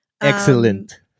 Excellent